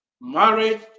Marriage